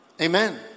Amen